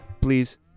Please